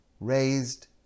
raised